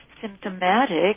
symptomatic